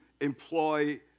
employ